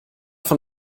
von